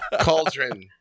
Cauldron